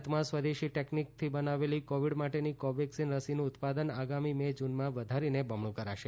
ભારતમાં સ્વદેશી ટેકનીકથી બનાવેલી કોવિડ માટેની કોવેક્સિન રસીનું ઉત્પાદન આગામી મે જૂનમાં વધારીને બમણું કરાશે